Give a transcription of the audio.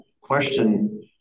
question